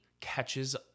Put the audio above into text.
catches